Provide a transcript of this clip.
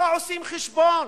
לא עושים חשבון.